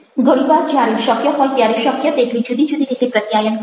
ઘણી વાર જ્યારે શક્ય હોય ત્યારે શક્ય તેટલી જુદી જુદી રીતે પ્રત્યાયન કરો